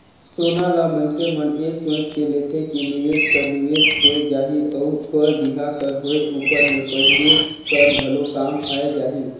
सोना ल मइनसे मन ए सोंएच के लेथे कि निवेस कर निवेस होए जाही अउ बर बिहा कर होए उपर में पहिरे कर घलो काम आए जाही